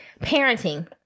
parenting